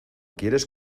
quieres